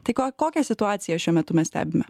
tai ko kokią situaciją šiuo metu mes stebime